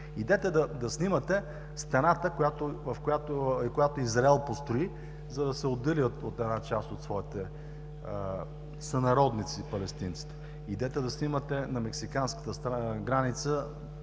Идете да снимате стената, която Израел построи, за да отдели една част от своите сънародници – палестинците. Идете да снимате на мексиканската граница